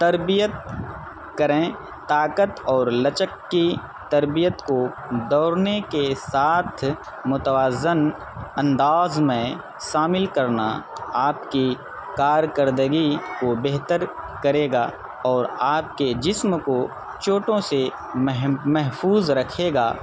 تربیت کریں طاقت اور لچک کی تربیت کو دوڑنے کے ساتھ متوازن انداز میں شامل کرنا آپ کی کارکردگی کو بہتر کرے گا اور آپ کے جسم کو چوٹوں سے محفوظ رکھے گا